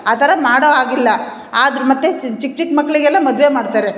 ಆ ಥರ ಮಾಡೋ ಹಾಗಿಲ್ಲ ಆದರು ಮತ್ತೆ ಚಿಕ್ಕ ಚಿಕ್ಕ ಮಕ್ಕಳಿಗೆಲ್ಲ ಮದುವೆ ಮಾಡ್ತಾರೆ